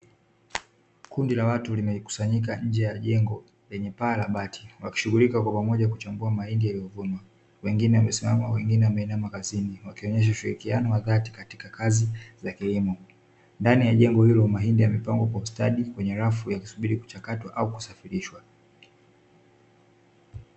Kundi la watu limesimama nje ya jengo lenye paa la bati wakiwa wanachambua mahindi wengine wamesimama wengine wameinama wakionyesha ushirikiano katika mavuno ya kilimo ndani ya jengo hilo mahindi yamepangwa kwa ustadi yakisubiriwa kuchakatwa au kusafirishwa